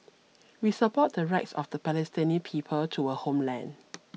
we support the rights of the Palestinian people to a homeland